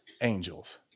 angels